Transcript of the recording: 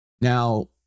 Now